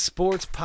Sports